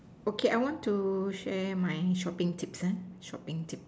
okay I want to share my shopping tips ah shopping tip